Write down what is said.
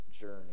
journey